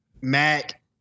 Mac